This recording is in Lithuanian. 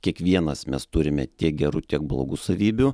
kiekvienas mes turime tiek gerų tiek blogų savybių